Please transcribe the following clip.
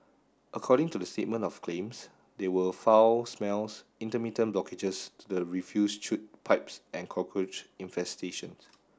according to the statement of claims they were foul smells intermittent blockages to the refuse chute pipes and cockroach infestations